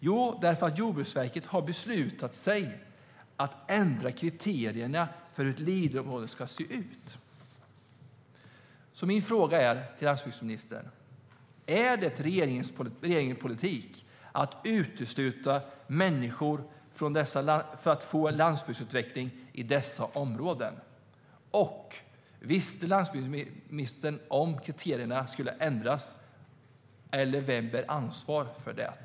Jo, därför att Jordbruksverket har beslutat sig för att ändra kriterierna för hur ett Leaderområde ska se ut. Är det regeringens politik att utesluta människor från landsbygdsutveckling i dessa områden? Visste landsbygdsministern om att kriterierna skulle ändras? Vem bär ansvaret?